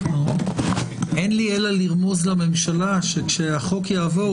אין לי אלא לרמוז לממשלה שכשהחוק יעבור,